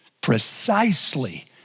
precisely